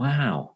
Wow